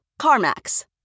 CarMax